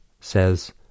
says